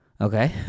okay